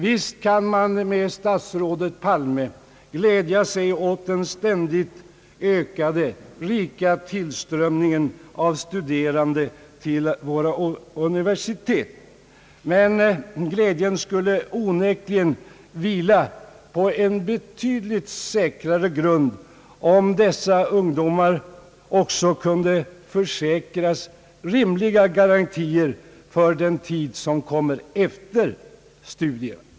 Visst kan man med statsrådet Palme glädja sig åt den ständigt ökade tillströmningen av studerande till våra universitet. Men glädjen skulle onekligen vila på en betydligt säkrare grund, om dessa ungdomar också kunde försäkras rimliga garantier för den tid som kommer efter studierna.